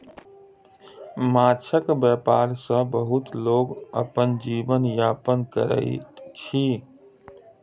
माँछक व्यापार सॅ बहुत लोक अपन जीवन यापन करैत अछि